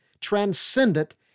transcendent